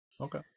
Okay